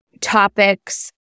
topics